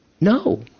No